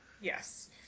Yes